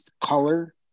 color